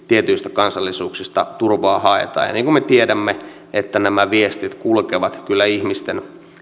tietyistä kansallisuuksista turvaa haetaan ja kun me tiedämme että nämä viestit kulkevat kyllä ihmisten